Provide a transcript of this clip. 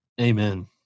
Amen